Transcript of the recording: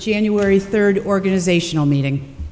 january third organizational meeting